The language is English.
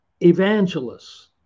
evangelists